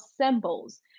symbols